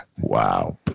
Wow